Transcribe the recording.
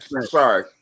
sorry